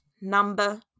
number